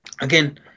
again